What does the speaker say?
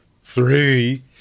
three